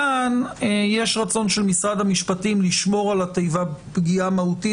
כאן יש רצון של משרד המשפטים לשמור על התיבה "פגיעה מהותית"